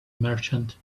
merchant